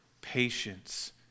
patience